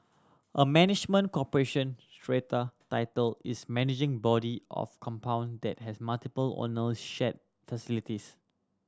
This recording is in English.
a management corporation strata title is managing body of compound that has multiple owner shared facilities